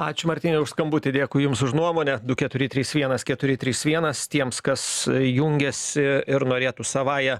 ačiū martynai už skambutį dėkui jums už nuomonę du keturi trys vienas keturi trys vienas tiems kas jungiasi ir norėtų savąja